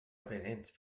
aprenents